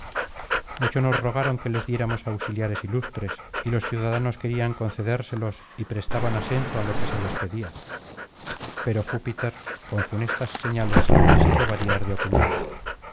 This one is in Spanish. mucho nos rogaron que les diéramos auxiliares ilustres y los ciudadanos querían concedérselos y prestaban asenso á lo que se les pedía pero júpiter con funestas señales les hizo variar de opinión